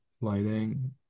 lighting